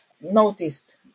noticed